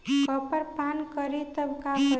Copper पान करी तब का करी?